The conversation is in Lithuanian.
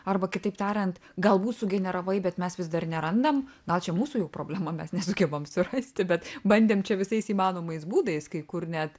arba kitaip tariant galbūt sugeneravai bet mes vis dar nerandam gal čia mūsų jau problema mes nesugebam surasti bet bandėm čia visais įmanomais būdais kai kur net